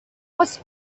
was